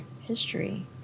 history